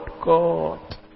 God